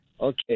Okay